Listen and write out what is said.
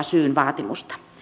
syyn vaatimusta